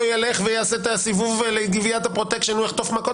יעשה את הסיבוב לגביית הפרוטקשן יחטוף מכות.